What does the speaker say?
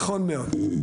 נכון מאוד.